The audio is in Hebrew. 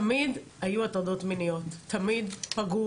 תמיד היו הטרדות מיניות, תמיד פגעו